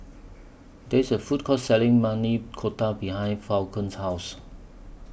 There IS A Food Court Selling Maili Kofta behind Falon's House